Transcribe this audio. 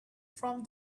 from